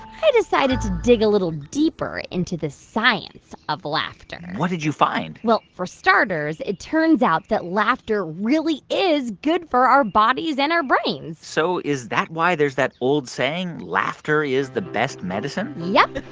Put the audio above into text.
i decided to dig a little deeper into the science of laughter what did you find? well, for starters, it turns out that laughter really is good for our bodies and our brains so is that why there's that old saying, laughter is the best medicine? yup.